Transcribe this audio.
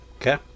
Okay